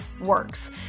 works